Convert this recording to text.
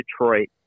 Detroit